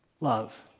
love